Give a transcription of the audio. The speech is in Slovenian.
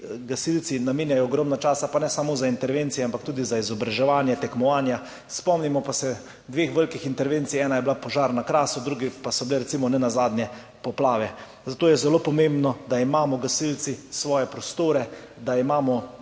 gasilci namenjajo ogromno časa, pa ne samo za intervencije, ampak tudi za izobraževanje, tekmovanja. Spomnimo pa se dveh velikih intervencij, ena je bila požar na Krasu, druga pa so bile recimo nenazadnje poplave. Zato je zelo pomembno, da imamo gasilci svoje prostore, da imamo prostore, kjer